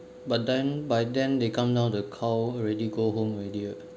but then by then they come down the cow already go home already what